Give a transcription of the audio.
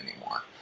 anymore